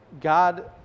God